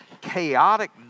chaotic